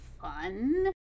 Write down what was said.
fun